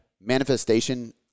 Manifestation